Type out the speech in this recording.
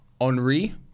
Henri